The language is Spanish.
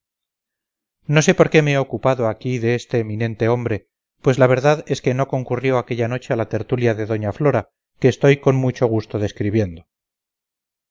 no sé por qué me he ocupado aquí de este eminente hombre pues la verdad es que no concurrió aquella noche a la tertulia de doña flora que estoy con mucho gusto describiendo